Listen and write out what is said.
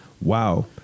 Wow